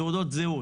תעודות זהות,